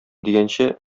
дигәнче